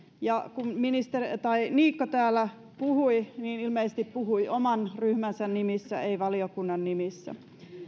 ja kun niikko täällä puhui niin ilmeisesti puhui oman ryhmänsä nimissä ei valiokunnan nimissä